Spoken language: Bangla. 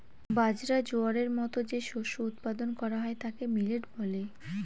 বাজরা, জোয়ারের মতো যে শস্য উৎপাদন করা হয় তাকে মিলেট বলে